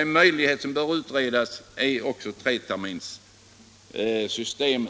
En möjlighet som bör utredas är ett treterminssystem.